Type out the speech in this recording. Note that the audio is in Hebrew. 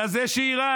על זה שאיראן,